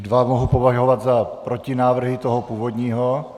Dva mohu považovat za protinávrhy toho původního.